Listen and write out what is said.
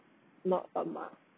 not a must